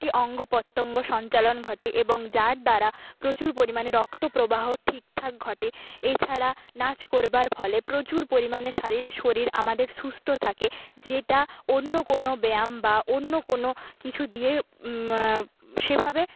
অঙ্গ প্রত্যঙ্গ সঞ্চালন ঘটে এবং যার দ্বারা প্রচুর পরিমাণে রক্ত প্রবাহ ঠিকঠাক ঘটে এই ছাড়া নাচ করবার ফলে প্রচুর পরিমাণে শারীর শরীর আমাদের সুস্থ থাকে যেটা অন্য কোনও ব্যায়াম বা অন্য কোনও কিছু দিয়ে সেভাবে